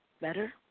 Better